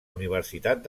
universitat